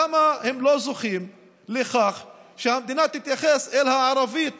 למה הם לא זוכים לכך שהמדינה תתייחס אל הערבית